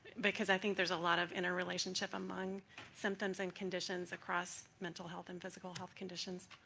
because i think there's a lot of interrelationship among symptoms and conditions across mental health and physical health conditions.